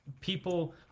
people